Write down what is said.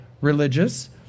religious